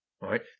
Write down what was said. right